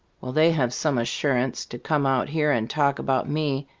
well, they have some assurance to come out here and talk about me,